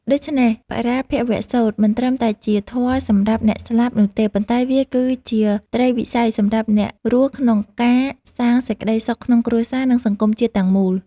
ដូច្នេះ បរាភវសូត្រមិនត្រឹមតែជាធម៌សម្រាប់អ្នកស្លាប់នោះទេ ប៉ុន្តែវាគឺជាត្រីវិស័យសម្រាប់អ្នករស់ក្នុងការសាងសេចក្ដីសុខក្នុងគ្រួសារ និងសង្គមជាតិទាំងមូល។